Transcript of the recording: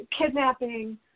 kidnapping